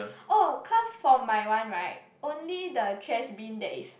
oh cause for my one right only the trash bin that is